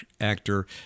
actor